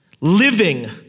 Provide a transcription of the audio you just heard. Living